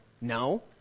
No